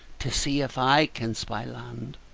to see if i can spy land?